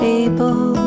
able